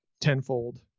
tenfold